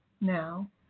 Now